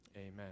Amen